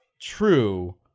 true